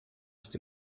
ist